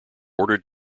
ordered